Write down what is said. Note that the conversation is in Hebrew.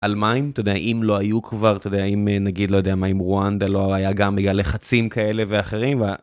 על מים, אתה יודע, אם לא היו כבר, אתה יודע, אם נגיד, לא יודע, אם רואנדה לא היה, גם בגלל לחצים כאלה ואחרים.